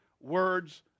words